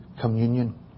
communion